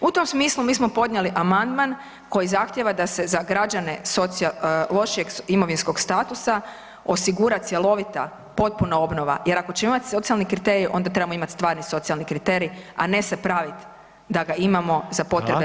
U tom smislu mi smo podnijeli amandman koji zahtijeva da se za građane lošijeg imovinskog statusa osigura cjelovita, potpuna obnova jer ako ćemo imat socijalni kriterij onda trebamo imat stvarni socijalni kriterij, a ne se pravit da ga imamo za potrebe medija.